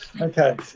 okay